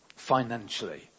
Financially